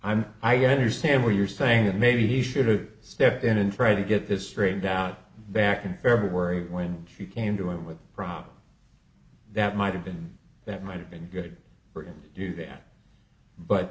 i'm i understand what you're saying that maybe he should have stepped in and tried to get this straightened out back in february when she came to him with a problem that might have been that might have been good for him to do that but